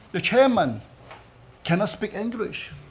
the chairman cannot speak english.